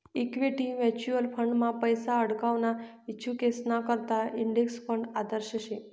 equity mutual फंडमा पैसा आडकवाना इच्छुकेसना करता इंडेक्स फंड आदर्श शे